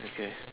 okay